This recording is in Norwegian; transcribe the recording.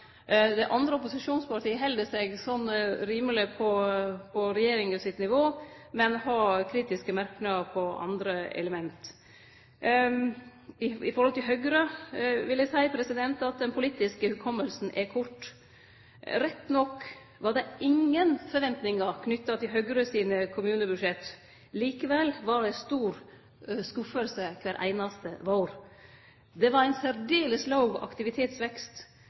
andre opposisjonspartia held seg så omtrent på regjeringa sitt nivå, men har kritiske merknader på andre element. I forhold til Høgre vil eg seie at det politiske minnet er kort. Rett nok var det ingen forventningar knytte til Høgre sine kommunebudsjett. Likevel var det stor skuffelse kvar einaste vår. Det var ein særdeles låg aktivitetsvekst.